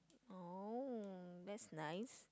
oh that's nice